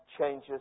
changes